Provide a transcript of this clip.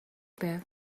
байв